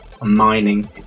mining